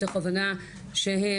מתוך הבנה שהם